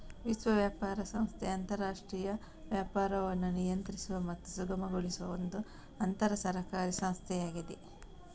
ವಿಶ್ವ ವ್ಯಾಪಾರ ಸಂಸ್ಥೆ ಅಂತರಾಷ್ಟ್ರೀಯ ವ್ಯಾಪಾರವನ್ನು ನಿಯಂತ್ರಿಸುವ ಮತ್ತು ಸುಗಮಗೊಳಿಸುವ ಒಂದು ಅಂತರ ಸರ್ಕಾರಿ ಸಂಸ್ಥೆಯಾಗಿದೆ